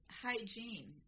hygiene